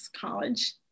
college